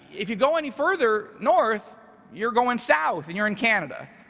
if you go any further north, you're going south, and you're in canada.